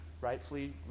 rightfully